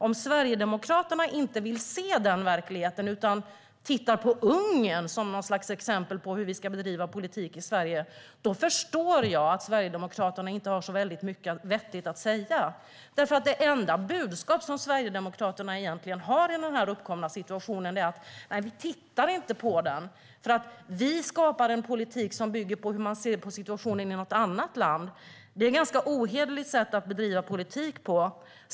Om Sverigedemokraterna inte vill se den verkligheten utan har Ungern som något slags exempel på hur vi ska bedriva politik i Sverige förstår jag att de inte har så mycket vettigt att säga. Det enda budskap som Sverigedemokraterna egentligen har i den här situationen är: Vi tittar inte på den, för vi skapar en politik som bygger på hur man ser på situationen i något annat land. Det är ett ganska ohederligt sätt att bedriva politik på.